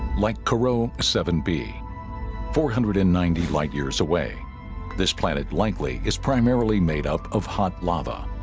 like corot seven b four hundred and ninety light-years away this planet likely is primarily made up of hot lava